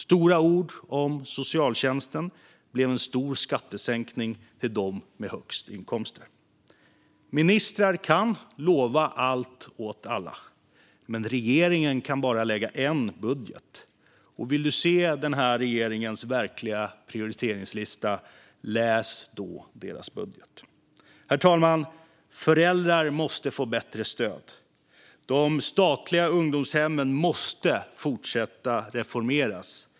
Stora ord om socialtjänsten blev en stor skattesänkning till dem med högst inkomster. Ministrar kan lova allt åt alla, men regeringen kan bara lägga en budget. Vill du se den här regeringens verkliga prioriteringslista? Läs då deras budget! Herr talman! Föräldrar måste få bättre stöd. De statliga ungdomshemmen måste fortsätta reformeras.